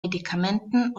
medikamenten